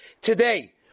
today